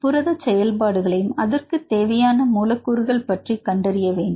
புரத செயல்பாடுகளையும் அதற்கு தேவையான மூலக் கூறுகள் பற்றி கண்டறிய வேண்டும்